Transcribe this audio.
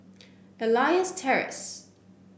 Elias Terrace